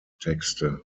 texte